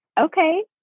okay